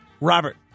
Robert